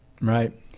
Right